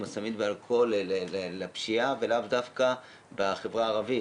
הסמים והאלכוהול לפשיעה ולאו דווקא בחברה הערבית.